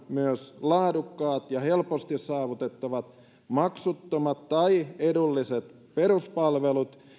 myös laadukkaat ja helposti saavutettavat maksuttomat tai edulliset peruspalvelut